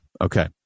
Okay